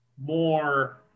more